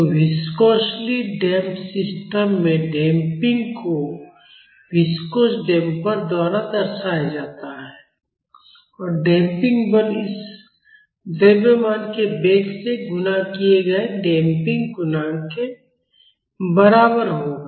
तो viscously damped system में damping को विस्कोस डैम्पर द्वारा दर्शाया जाता है और डैम्पिंग बल इस द्रव्यमान के वेग से गुणा किए गए डैम्पिंग गुणांक के बराबर होगा